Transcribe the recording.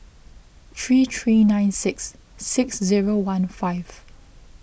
three three nine six six zero one five